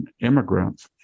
immigrants